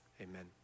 amen